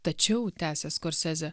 tačiau tęsia skorsezė